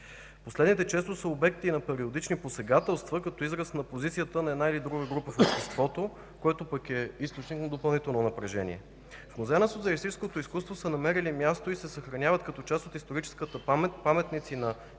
Последните често са обект на периодични посегателства, като израз на позицията на една или друга група в обществото, което пък е източник на допълнително напрежение. В Музея на социалистическото изкуство са намерили място и се съхраняват като част от историческата памет паметници на